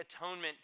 atonement